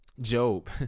Job